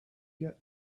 get